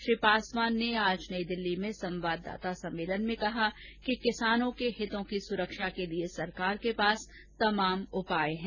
श्री पासवान ने आज नई दिल्ली में संवाददाता सम्मेलन में कहा कि किसानों के हितों की सुरक्षा के लिए सरकार के पास तमाम उपाय है